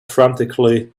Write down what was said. frantically